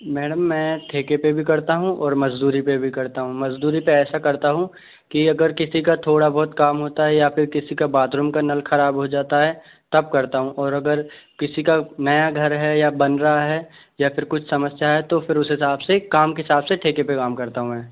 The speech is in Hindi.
मैडम मैं ठेके पे भी करता हूँ और मज़दूरी पे भी करता हूँ मज़दूरी पे ऐसा करता हूँ कि अगर कि अगर किसी का थोड़ा बहुत काम होता है या फिर किसी का बातरूम का नल खराब हो जाता है तब करता हूँ और अगर किसी का नया घर है या बन रहा है या फिर कोई समस्या है तो फिर उस हिसाब से काम के हिसाब से ठेके पे काम करता हूँ मैं